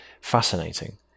fascinating